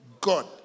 God